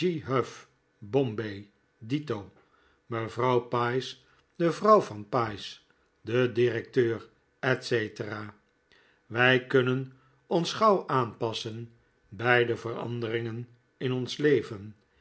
bombay dito mevrouw pice de vrouw van pice den directeur etc wij kunnen ons gauw aanpassen bij de veranderingen in ons leven